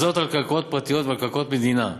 וזאת על קרקעות פרטיות ועל קרקעות מדינה.